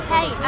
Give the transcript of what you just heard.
Hey